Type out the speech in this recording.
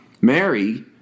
Mary